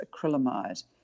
acrylamide